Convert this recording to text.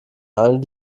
allen